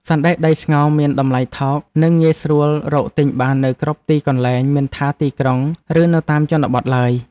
សណ្តែកដីស្ងោរមានតម្លៃថោកនិងងាយស្រួលរកទិញបាននៅគ្រប់ទីកន្លែងមិនថាទីក្រុងឬនៅតាមជនបទឡើយ។